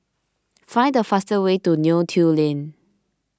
find the fastest way to Neo Tiew Lane